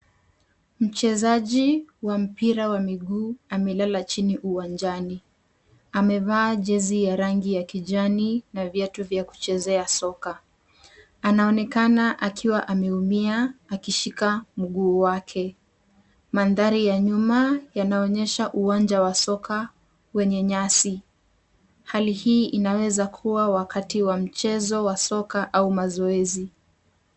Mchezaji wa mpira wa miguu amelala chini uwanjani. Amevaa kazi ya rangi ya kijani na viatu vya kuchezea soka. Anaonekana akiwa ameumia akishika mguu wake. Mandhari ya nyuma yanaonyesha uwanja wa soka wenye nyasi. Hali hii inaweza kuwa wakati wa mchezo au mazoezi.